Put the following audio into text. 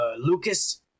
Lucas